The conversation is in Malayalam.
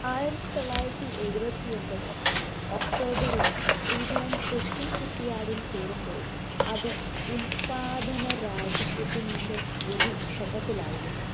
ആയിരത്തി തൊള്ളായിരത്തി എഴുപത്തി ഒമ്പത് ഒക്ടോബറിൽ ശ്രീധരൻ കൊച്ചിൻ ഷിപ്പ്യാർഡിൽ ചേരുമ്പോൾ അത് ഉത്പാദനരാഹിത്യത്തിൻ്റെ ഒരു ഘട്ടത്തിലായിരുന്നു